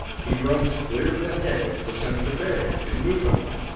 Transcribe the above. he runs clear to the head of placentia bay, in newfoundland,